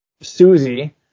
Susie